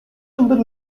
yıldır